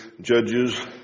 judges